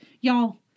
Y'all